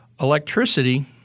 electricity